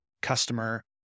customer